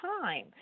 time